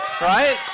right